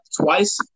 twice